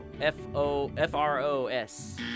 F-O-F-R-O-S